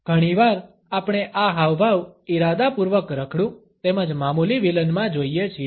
ઘણીવાર આપણે આ હાવભાવ ઇરાદાપૂર્વક રખડું તેમજ મામૂલી વિલનમાં જોઈએ છીએ